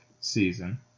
season